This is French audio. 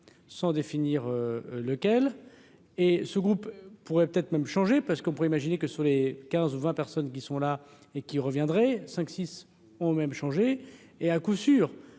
sans définir lequel et ce groupe pourrait peut-être même changer parce qu'on pourrait imaginer que sur les 15 ou 20 personnes qui sont là et qui reviendrait cinq six ont même changé et à coup sûr.